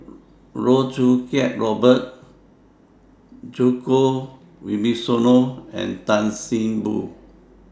Loh Choo Kiat Robert Djoko Wibisono and Tan See Boo